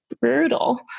brutal